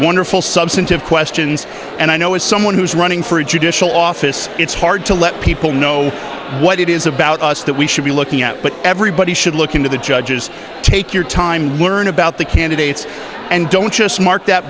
wonderful substantive questions and i know as someone who's running for a judicial office it's hard to let people know what it is about us that we should be looking at but everybody should look into the judges take your time and learn about the candidates and don't just mark that